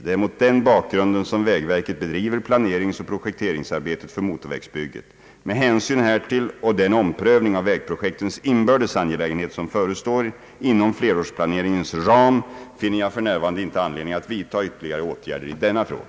Det är mot den bakgrunden som vägverket bedriver planeringsoch projekteringsarbetet för motorvägsbygget. Med hänsyn härtill och den omprövning av vägprojektens inbördes angelägenhet som förestår inom flerårsplaneringens ram finner jag f. n. inte anledning att vidta ytterligare åtgärder i denna fråga.